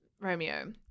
Romeo